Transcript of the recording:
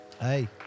Hey